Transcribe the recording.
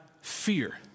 fear